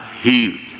healed